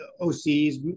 OCs